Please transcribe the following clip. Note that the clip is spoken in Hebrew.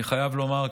אני חייב לומר,